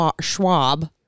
schwab